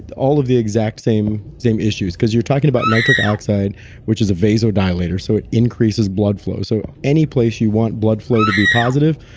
all of the exact same same issues, because you're talking about nitric oxide which is a vessel dilator so it increases blood flow. so any place you want blood flow to be positive,